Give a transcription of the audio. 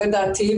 זו דעתי.